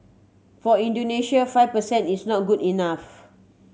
for Indonesia five per cent is not good enough